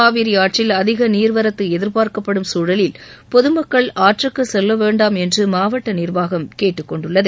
காவிரி ஆற்றில் அதிக நீர் வரத்து எதிர்பார்க்கப்படும் சூழலில் பொது மக்கள் ஆற்றுக்கு செல்ல வேண்டாம் என்று மாவட்ட நிர்வாகம் கேட்டுக்கொண்டுள்ளது